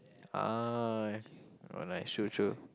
ah alright true true